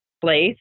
place